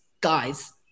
guys